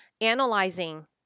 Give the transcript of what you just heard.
analyzing